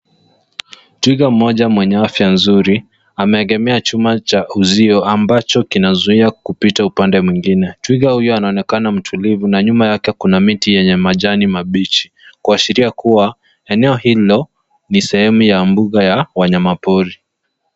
Twiga mmoja mwenye afya nzuri ameegemea chuma cha uzio ambacho kinazuia kupita upande mwingine. Twiga huyu anonekana mtulivu na nyuma yake kuna miti yenye majani mabichi, kuashiria kuwa eneo hilo ni sehemu ya mbuga ya wanyama pori.